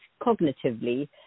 cognitively